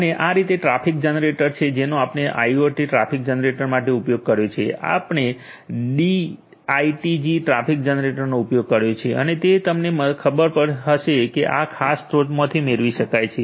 અને આ તે ટ્રાફિક જનરેટર છે જેનો આપણે આઇઓટી ટ્રાફિક જનરેટર માટે ઉપયોગ કર્યો છે આપણે ડી આઇટીજી ટ્રાફિક જનરેટરનો ઉપયોગ કર્યો છે અને તે તમને ખબર હશે કે તે આ ખાસ સ્રોતમાંથી મેળવી શકાય છે